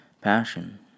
passion